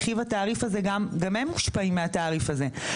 רכיב התעריף הזה, גם הם מושפעים מהתעריף הזה.